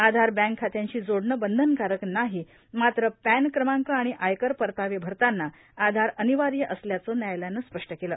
आधार bank खात्यांशी जोडणं बंधनकारक नाही मात्र पॅन क्रमांक आणि आयकर परतावे भरताना आधार अनिवार्य असल्याचं न्यायालयानं स्पष्ट केलं